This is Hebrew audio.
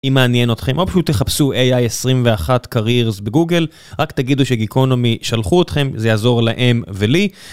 אם מעניין אתכם, או פשוט תחפשו AI21 Careers בגוגל, רק תגידו שגיקונומי שלחו אתכם, זה יעזור להם ולי.